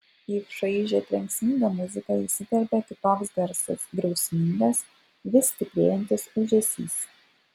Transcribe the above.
į šaižią trenksmingą muziką įsiterpia kitoks garsas griausmingas vis stiprėjantis ūžesys